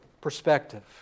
perspective